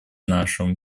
нашему